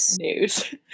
news